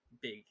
big